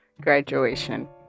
graduation